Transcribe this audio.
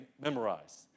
memorize